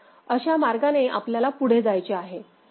अश्या मार्गाने आपल्याला पुढे जायचे आहे